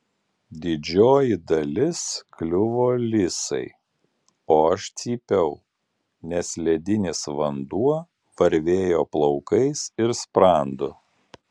didžioji dalis kliuvo lisai o aš cypiau nes ledinis vanduo varvėjo plaukais ir sprandu